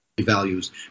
values